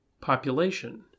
Population